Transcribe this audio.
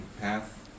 path